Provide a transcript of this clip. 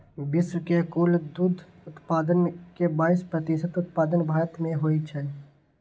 विश्व के कुल दुग्ध उत्पादन के बाइस प्रतिशत उत्पादन भारत मे होइ छै